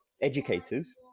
educators